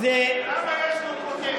זה, כבוד היושב-ראש, למה יש לו פרוטקציה?